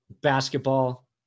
Basketball